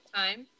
time